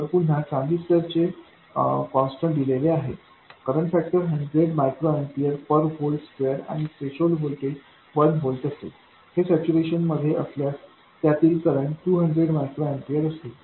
तर पुन्हा ट्रान्झिस्टरचे कॉन्स्टंट दिलेले आहे करंट फॅक्टर 100 मायक्रो एंपियर पर व्होल्ट स्क्वेअर आणि थ्रेशोल्ड व्होल्टेज 1 व्होल्ट असेल हे सॅच्युरेशन मध्ये असल्यास त्यातील करंट 200 मायक्रो एंपियर असेल